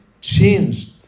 changed